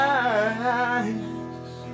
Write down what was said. eyes